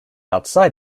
outside